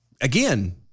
again